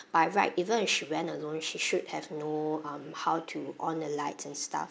by right even if she went alone she should have know um how to on the light and stuff